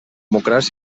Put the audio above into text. govern